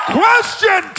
question